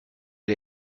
der